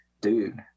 dude